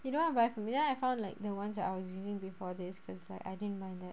he don't wanna buy for me I found like the ones that I was using before this because like I didn't mind that